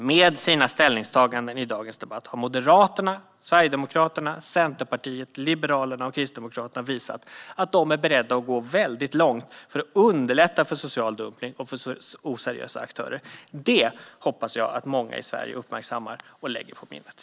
Med sina ställningstaganden i dagens debatt har dock Moderaterna, Sverigedemokraterna, Centerpartiet, Liberalerna och Kristdemokraterna visat att de är beredda att gå väldigt långt för att underlätta för social dumpning och oseriösa aktörer. Det hoppas jag att många i Sverige uppmärksammar och lägger på minnet.